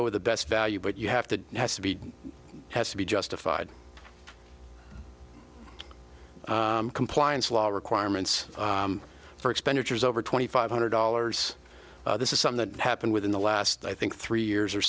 go with the best value but you have to has to be has to be justified compliance laws requirements for expenditures over twenty five hundred dollars this is some that happened within the last i think three years or